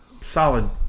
Solid